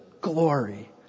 glory